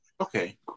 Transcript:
okay